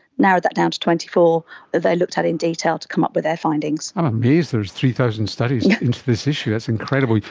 narrowed that down to twenty four that they looked at in detail to come up with their findings. i'm amazed there's three thousand studies yeah into this issue, that's incredible.